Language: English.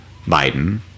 Biden